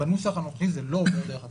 בנוסח הנוכחי זה לא עובר דרך הכנסת.